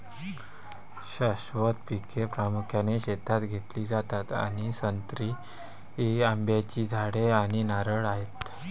शाश्वत पिके प्रामुख्याने शेतात घेतली जातात आणि संत्री, आंब्याची झाडे आणि नारळ आहेत